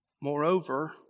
Moreover